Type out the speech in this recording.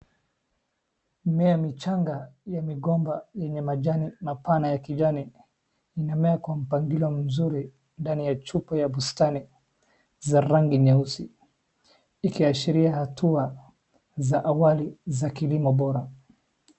Mimea michanga ya migomba yenye majani mapana ya kijani, inamea kwa mpangilio mzuri ndani ya chupa ya bustani za rangi nyeusi. Ikiashiria hatua za awali za kilimo bora.